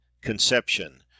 conception